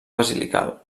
basilical